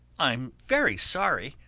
i'm very sorry,